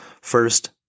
first